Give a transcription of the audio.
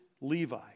Levi